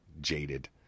jaded